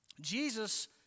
Jesus